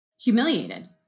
humiliated